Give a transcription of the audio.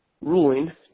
ruling